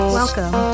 welcome